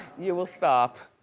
you will stop.